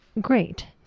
great